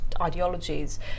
ideologies